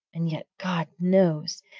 and yet, god knows!